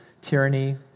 tyranny